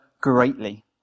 greatly